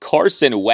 Carson